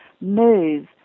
move